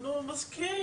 אני לא מתערבת איך עושים